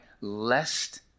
Lest